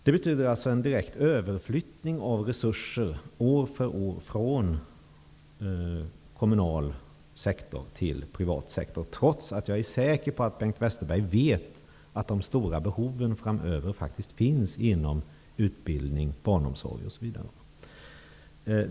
Det betyder en direkt överflyttning av resurser år för år från kommunal sektor till privat sektor, trots att jag är säker på att Bengt Westerberg vet att de stora behoven framöver faktiskt finns inom bl.a. utbildning och barnomsorg.